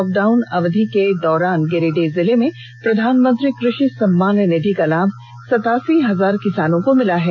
lock down अवधि के दौरान गिरिडीह जिले में प्रधानमंत्री कृषि सम्मान निधि का लाभ सतासी हजार किसानों को मिला है